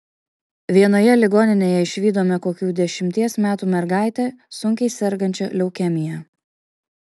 vienoje ligoninėje išvydome kokių dešimties metų mergaitę sunkiai sergančią leukemija